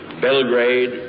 Belgrade